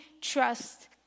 trust